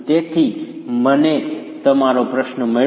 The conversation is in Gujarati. તેથી મને તમારો પ્રશ્ન મળ્યો